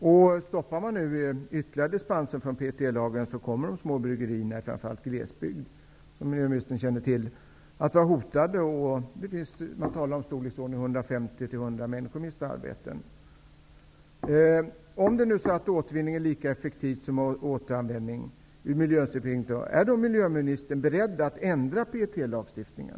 Om man nu stoppar ytterligare dispenser från PET lagen kommer de små bryggerierna, framför allt i glesbygd, att vara hotade. Det känner miljöministern till. Man talar om att 100--150 människor kommer att mista sina arbeten. Om nu återvinning är lika effektivt som återanvändning ur miljösynpunkt, är miljöministern beredd att ändra PET lagstiftningen?